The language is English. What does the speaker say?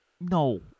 No